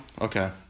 Okay